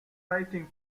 citing